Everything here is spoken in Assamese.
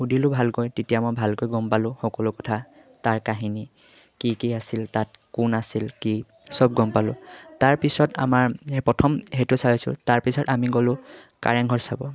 সুধিলোঁ ভালকৈ তেতিয়া মই ভালকৈ গম পালোঁ সকলো কথা তাৰ কাহিনী কি কি আছিল তাত কোন আছিল কি সব গম পালোঁ তাৰপিছত আমাৰ প্ৰথম সেইটো চাইছোঁ তাৰপিছত আমি গ'লোঁ কাৰেংঘৰ চাব